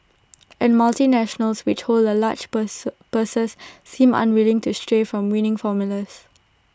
and multinationals which hold the large purse purses seem unwilling to stray from winning formulas